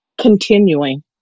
continuing